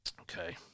Okay